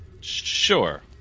sure